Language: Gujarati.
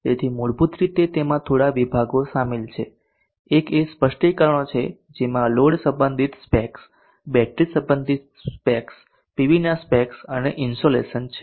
તેથી મૂળભૂત રીતે તેમાં થોડા વિભાગો શામેલ છે એક એ સ્પષ્ટીકરણો છે જેમાં લોડ સંબંધિત સ્પેક્સ બેટરી સંબંધિત સ્પેક્સ પીવી ના સ્પેક્સ અને ઇન્સોલેશન છે